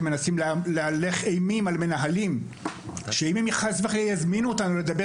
שמנסים להלך אימים על מנהלים שאם הם חס וחלילה יזמינו אותנו לדבר